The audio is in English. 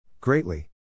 Greatly